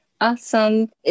Awesome